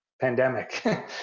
pandemic